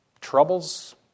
Troubles